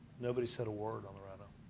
nobody said a word on the ride um